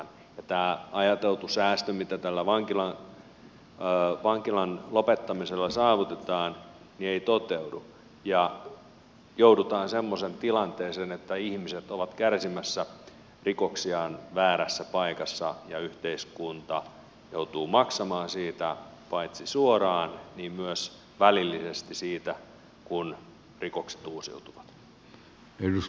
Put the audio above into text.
silloin tämä ajateltu säästö mitä tällä vankilan lopettamisella saavutetaan ei toteudu ja joudutaan semmoiseen tilanteeseen että ihmiset ovat kärsimässä rikoksiaan väärässä paikassa ja yhteiskunta joutuu maksamaan paitsi suoraan myös välillisesti siitä kun rikokset uusiutuvat